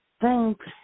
Thanks